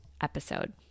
episode